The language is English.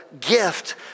gift